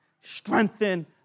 strengthen